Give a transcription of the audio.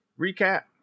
recap